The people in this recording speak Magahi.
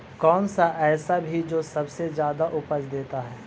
कौन सा ऐसा भी जो सबसे ज्यादा उपज देता है?